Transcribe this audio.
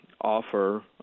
offer